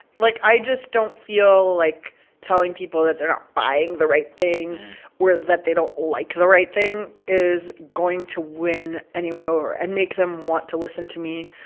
like, i just don't feel like telling people that they're not buying the right thing or that they don't like the right thing is going to win anyone over and make them want to listen to me.